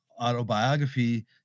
autobiography